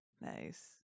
Nice